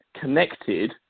connected